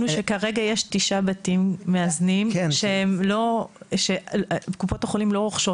הוא שכרגע יש תשעה בתים מאזנים שקופות החולים לא רוכשות